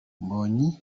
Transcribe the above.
mbonyi